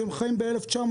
כשהם חיים ב-1960.